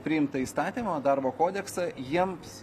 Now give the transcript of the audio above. priimtą įstatymo darbo kodeksą jiems